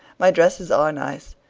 my dresses are nice.